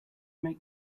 make